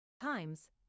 times